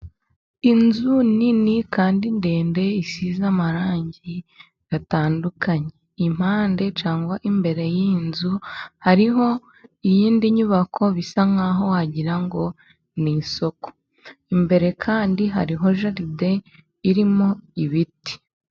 Inzu nini kandi ndende isize amarangi atandukanye, iruhande cyangwa imbere y'inzu hariho iyindi nyubako bisa nk'aho wagira ngo ni isoko, imbere kandi hariho jaride irimo ibiti.